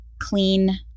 clean